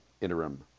interim